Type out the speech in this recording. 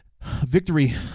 Victory